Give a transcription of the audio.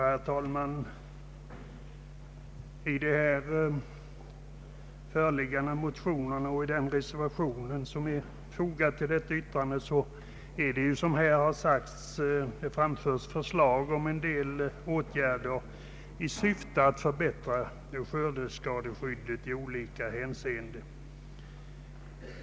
Herr talman! I de föreliggande motionerna och de reservationer som är fogade till detta utlåtande framföres förslag om en del åtgärder i syfte att förbättra skördeskadeskyddet i olika hänseenden.